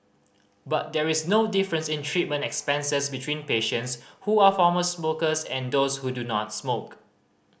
but there is no difference in treatment expenses between patients who are former smokers and those who do not smoke